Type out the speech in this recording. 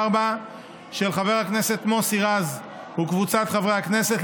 של חבר הכנסת מוסי רז וקבוצת חברי הכנסת,